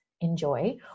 enjoy